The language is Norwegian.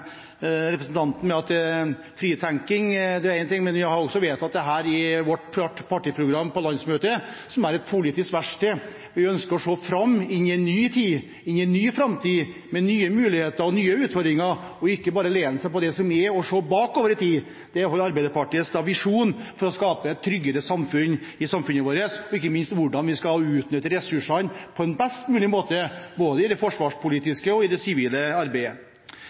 representanten med at fritenkning er én ting, men vi har også vedtatt dette i vårt partiprogram på landsmøtet, som er et politisk verksted. Vi ønsker å se framover, inn i en ny tid, inn i en ny framtid, med nye muligheter og nye utfordringer, og ikke bare lene oss på det som er, og se bakover i tid. Det er i hvert fall Arbeiderpartiets visjon for å skape et tryggere samfunn og ikke minst for hvordan vi skal utnytte ressursene på en best mulig måte, både i det forsvarspolitiske arbeidet og i det sivile arbeidet.